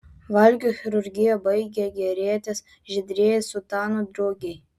valgio chirurgija baigė gėrėtis žydrieji sutanų drugiai